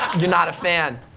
you're not a fan.